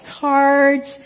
cards